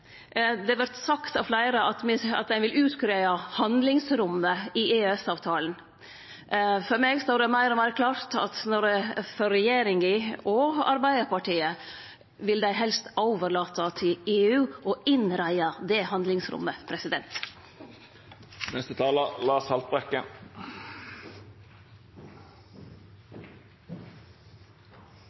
Det vert sagt av fleire at ein vil greie ut handlingsrommet i EØS-avtalen. For meg står det meir og meir klart at regjeringa og Arbeidarpartiet helst vil overlate til EU å innreie det handlingsrommet.